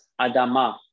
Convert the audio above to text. Adama